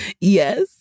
yes